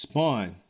Spawn